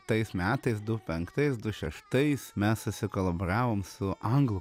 tais metais du penktais du šeštais mes susikolaboravom su anglų